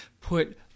Put